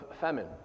famine